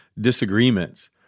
disagreements